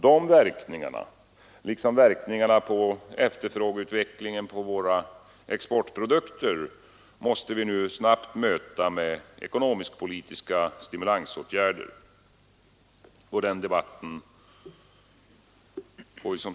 Dessa verkningar liksom verkningarna på efterfrågeutvecklingen för våra exportvaror måste vi nu snabbt möta med ekonomisk-politiska stimulansåtgärder.